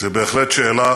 זו בהחלט שאלה